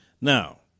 Now